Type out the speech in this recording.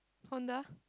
Honda